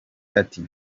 ati